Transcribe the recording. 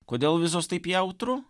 kodėl vizos taip jautru